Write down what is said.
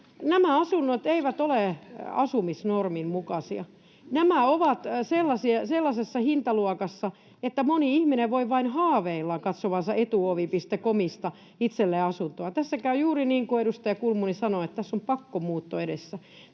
nämä asunnot eivät ole asumisnormin mukaisia. Nämä ovat sellaisessa hintaluokassa, että moni ihminen voi vain haaveilla katsovansa Etuovi.comista itselleen asuntoa. Tässä käy juuri niin kuin edustaja Kulmuni sanoi, että on pakkomuutto edessä.